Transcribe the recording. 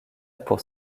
pour